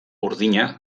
urdina